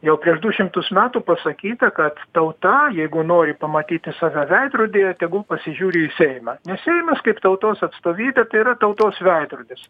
jau prieš du šimtus metų pasakyta kad tauta jeigu nori pamatyti save veidrodyje tegul pasižiūri į seimą nes seimas kaip tautos atstovybė tai yra tautos veidrodis